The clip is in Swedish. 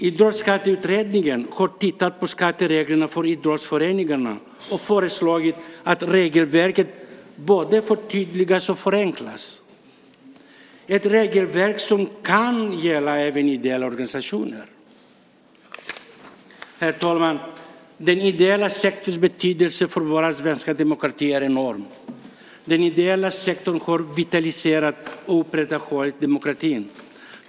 Idrottsskatteutredningen har tittat närmare på skattereglerna för idrottsföreningar och föreslagit att regelverket både förtydligas och förenklas - ett regelverk som kan gälla även ideella organisationer. Herr talman! Den ideella sektorns betydelse för vår svenska demokrati är enorm. Den ideella sektorn har vitaliserat och upprätthållit demokratin.